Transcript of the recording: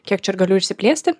kiek čia galiu išsiplėsti